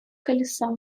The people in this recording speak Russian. колесо